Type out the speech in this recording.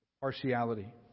Partiality